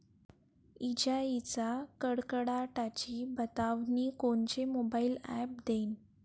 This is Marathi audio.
इजाइच्या कडकडाटाची बतावनी कोनचे मोबाईल ॲप देईन?